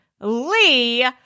Lee